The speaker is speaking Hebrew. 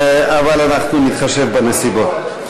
אבל אנחנו נתחשב בנסיבות.